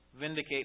Vindicate